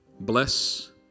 Bless